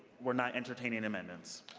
we're not entertaining amendments.